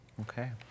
Okay